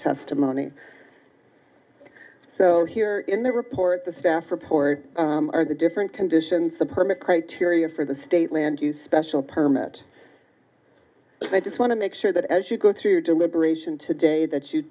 testimony so here in the report the staff report the different conditions the permit criteria for the state land use special permit i just want to make sure that as you go through your deliberation today that you